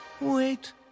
Wait